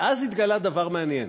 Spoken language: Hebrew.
ואז התגלה דבר מעניין,